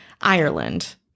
Ireland